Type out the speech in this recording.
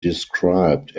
described